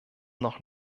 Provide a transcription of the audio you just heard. noch